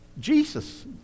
Jesus